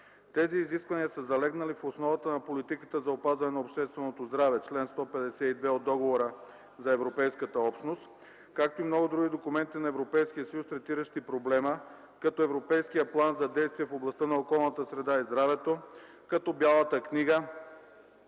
Тези изисквания са залегнали в основата на Политиката за опазване на общественото здраве, чл. 152 от Договора за Европейската общност, както и в много други документи на Европейския съюз, третиращи проблема, като Европейския план за действие в областта на околната среда и здравето, като „Бялата книга